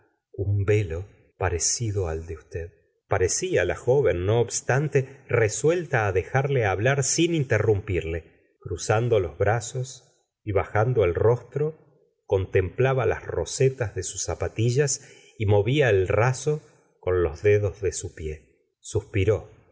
un velo parecido al de usted parecía la joven no obstante resuelta á dejarle hablar sin interrumpirle cruzando los brazos y bajando el rostro contemplaba las rosetas de sus zapatillas y movía el raso con los dedos de su pie suspiró